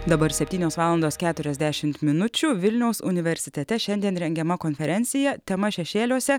dabar septynios valandos keturiasdešimt minučių vilniaus universitete šiandien rengiama konferencija tema šešėliuose